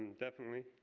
definitely,